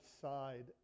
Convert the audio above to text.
side